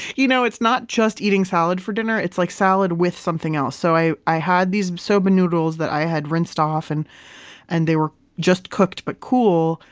you know it's not just eating salad for dinner. it's like salad with something else. so i i had these soba noodles that i had rinsed off and and they were just cooked, but cool.